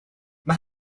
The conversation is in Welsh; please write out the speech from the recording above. mae